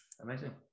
Amazing